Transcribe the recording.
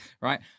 right